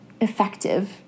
effective